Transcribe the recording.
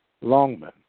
Longman